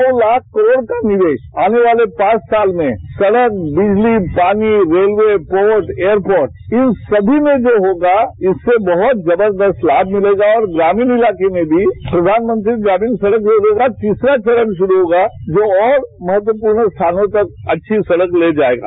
सौ लाख करोड़ का निवेश आने वाले पांच साल में सड़क बिजली पानी रेलवे पोर्ट एयरपोर्ट इन सभी में जो होगा इससे बहुत जबरदस्त लाभ मिलेगा और ग्रामीण इलाके में भी प्रधानमंत्री ग्रामीण सड़क योजना का तीसरा चरण शुरू होगा जो और महत्वपूर्ण स्थानों तक अच्छी सड़क ले जाएगा